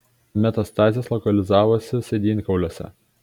metastazės lokalizavosi sėdynkauliuose